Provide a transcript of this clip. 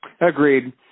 Agreed